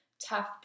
tough